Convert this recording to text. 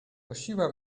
prosiła